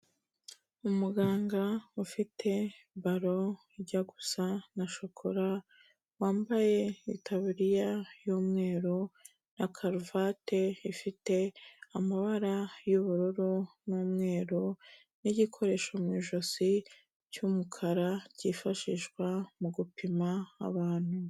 Umuganga ufite baro ijya gusa na shokora, wambaye itaburiya y'umweru na karuvate ifite amabara y'ubururu n'umweru' n'igikoresho mu ijosi cy'umukara cyifashishwa mu gupima abantu.